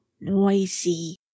noisy